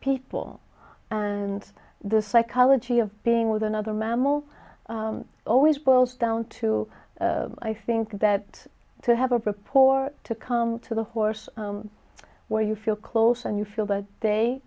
people and the psychology of being with another mammal always boils down to i think that to have a poor or to come to the horse where you feel close and you feel that they